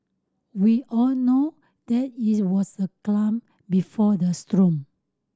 we all know that it was the calm before the storm